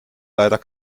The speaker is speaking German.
leider